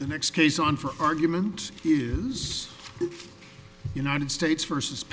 the next case on for argument is united states versus